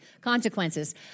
consequences